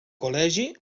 col·legi